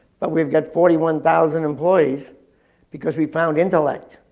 but we've got forty one thousand employees because we found intellect.